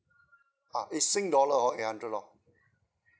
ah is sing dollar hor eight hundred lor